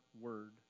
word